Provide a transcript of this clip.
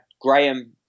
Graham